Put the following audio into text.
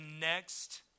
next